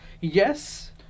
yes